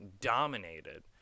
dominated